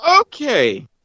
Okay